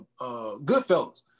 Goodfellas